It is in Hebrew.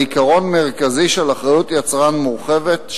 על עיקרון מרכזי של אחריות יצרן מורחבת,